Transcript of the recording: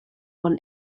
one